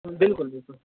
بالکل بالکل